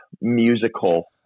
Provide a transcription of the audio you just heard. musical